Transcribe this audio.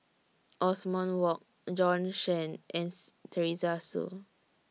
Othman Wok Bjorn Shen and Teresa Hsu